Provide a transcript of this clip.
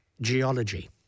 geology